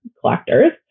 collectors